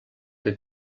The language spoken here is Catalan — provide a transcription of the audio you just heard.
que